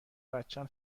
بچم